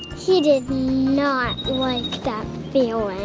he did not like that feeling.